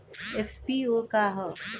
FPO का ह?